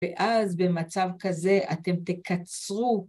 שמע ישראל ה' אלוקינו ה' אחדדדד!